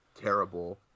terrible